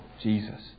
Jesus